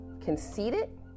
conceited